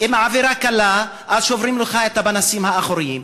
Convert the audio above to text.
אם העבירה קלה אז שוברים לך את הפנסים האחוריים,